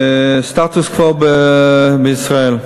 סטטוס-קוו בישראל.